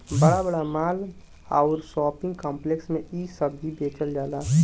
बड़ा बड़ा माल आउर शोपिंग काम्प्लेक्स में इ सब्जी के बेचल जाला